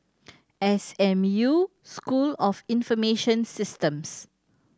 S M U School of Information Systems